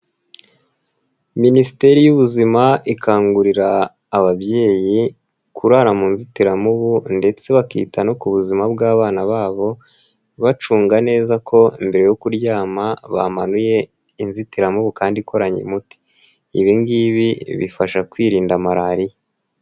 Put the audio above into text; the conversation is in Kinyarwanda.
Minisiteri y'Ubuzima ikangurira ababyeyi kurara mu nzitiramubu ndetse bakita no ku buzima bw'abana babo bacunga neza ko mbere yo kuryama bamanuye inzitiramubu kandi ikoranye umuti, ibi ngibi bifasha kwirinda malariya.